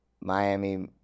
Miami